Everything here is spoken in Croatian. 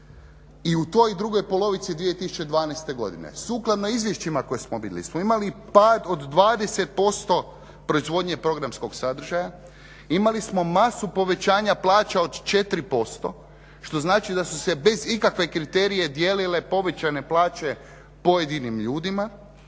i u toj drugoj polovici 2012. godine sukladno izvješćima koje smo vidli smo imali pad od 20% proizvodnje programskog sadržaja, imali smo masu povećanja plaća od 4% što znači da su se bez ikakve kriterije dijelile povećane plaće pojedinim ljudima